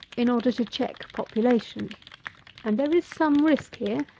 in order to check population and there is some risk here,